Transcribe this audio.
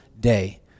day